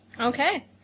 Okay